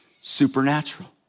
supernatural